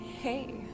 Hey